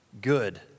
good